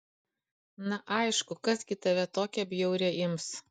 na aišku kas gi tave tokią bjaurią ims